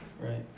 Right